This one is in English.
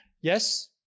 yes